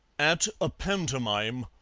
at a pantomime.